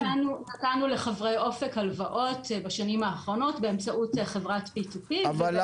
נתנו לחברי אופק הלוואות בשנים האחרונות באמצעות חברת P2P --- לא